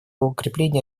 укрепление